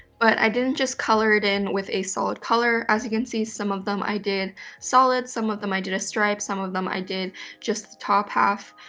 but i didn't just color it in with a solid color, as you can see, some of them i did solid, some of them i did a stripe, some of them i did just the top half,